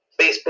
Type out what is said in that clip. Facebook